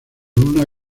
una